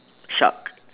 shark